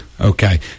Okay